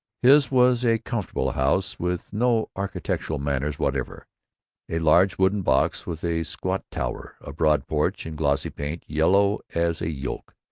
his was a comfortable house with no architectural manners whatever a large wooden box with a squat tower, a broad porch, and glossy paint yellow as a yolk.